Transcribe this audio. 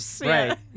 right